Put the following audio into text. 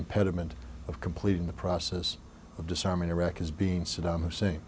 impediment of completing the process of disarming iraq as being saddam hussein